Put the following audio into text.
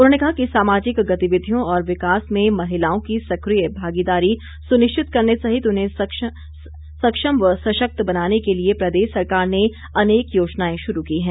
उन्होंने कहा कि सामाजिक गतिविधियों और विकास में महिलाओं की सक्रिय भागीदारी सुनिश्चित करने सहित उन्हें सक्षम व सशक्त बनाने के लिए प्रदेश सरकार ने अनेक योजनाएं शुरू की हैं